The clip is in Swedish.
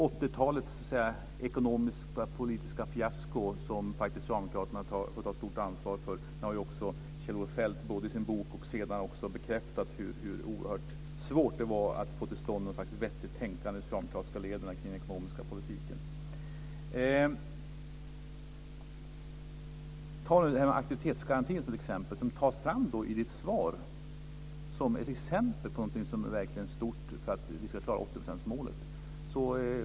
80-talets ekonomisk-politiska fiasko får faktiskt socialdemokraterna ta ett stort ansvar för. Kjell-Olof Feldt har också både i sin bok och senare bekräftat hur oerhört svårt det var att få till stånd något slags vettigt tänkande i de socialdemokratiska leden kring den ekonomiska politiken. Jag kan ta det här med aktivitetsgarantin som ett exempel. Den tas då fram i svaret som ett exempel på någonting som är verkligt stort för att vi ska klara 80 procentsmålet.